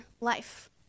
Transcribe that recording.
life